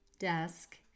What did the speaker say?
desk